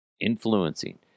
influencing